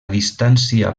distància